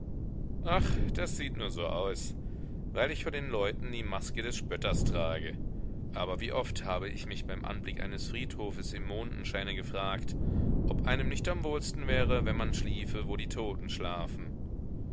ach das sieht nur so aus weil ich vor den leuten die maske des spötters trage aber wie oft habe ich mich beim anblick eines friedhofes im mondenscheine gefragt ob einem nicht am wohlsten wäre wenn man schliefe wo die toten schlafen